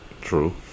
True